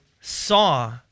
saw